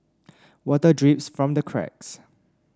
water drips from the cracks